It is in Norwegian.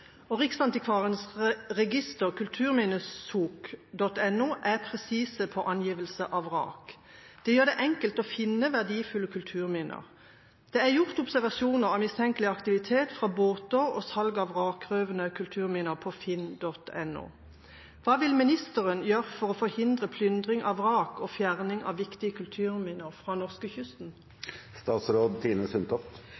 er presise på angivelse av vrak. Det gjør det enkelt å finne verdifulle kulturminner. Det er gjort observasjoner av mistenkelig aktivitet fra båter og salg av vrakrøvede kulturminner på finn.no. Hva vil statsråden gjøre for å forhindre plyndring av vrak og fjerning av viktige